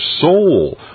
soul